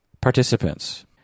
participants